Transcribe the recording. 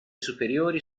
superiori